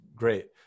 Great